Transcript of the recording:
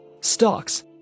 Stocks